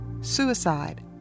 Suicide